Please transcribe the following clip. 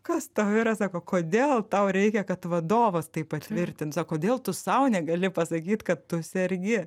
kas tau yra sako sako kodėl tau reikia kad vadovas tai patvirtins o kodėl tu sau negali pasakyt kad tu sergi